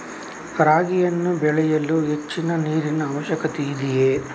ರಾಗಿಯನ್ನು ಬೆಳೆಯಲು ಹೆಚ್ಚಿನ ನೀರಿನ ಅವಶ್ಯಕತೆ ಇದೆಯೇ?